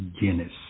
Guinness